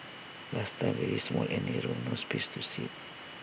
last time very small and narrow no space to sit